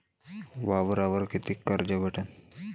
वावरावर कितीक कर्ज भेटन?